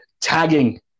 tagging